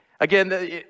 Again